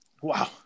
Wow